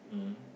mmhmm